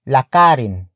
Lakarin